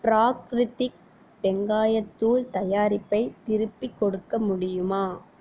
ப்ராக்ரித்திக் வெங்காயத் தூள் தயாரிப்பை திருப்பிக் கொடுக்க முடியுமா